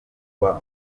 rwa